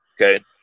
Okay